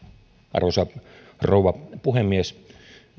arvoisa rouva puhemies